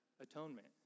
atonement